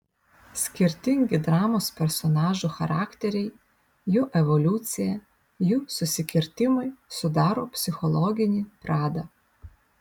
skirtingi dramos personažų charakteriai jų evoliucija jų susikirtimai sudaro psichologinį pradą